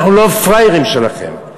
אנחנו לא פראיירים שלכם.